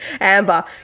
Amber